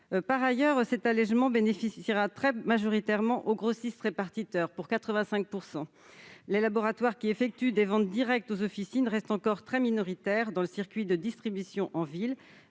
Par ailleurs, cet allégement bénéficiera très majoritairement aux grossistes-répartiteurs, pour 85 %. Les laboratoires qui réalisent des ventes directes aux officines restent encore très minoritaires dans le circuit de distribution en ville.